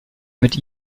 mit